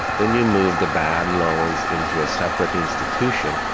then you move the bad loans into a separate institution,